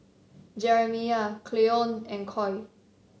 Jeremiah Cleone and Coy